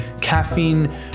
Caffeine